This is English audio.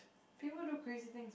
people do crazy things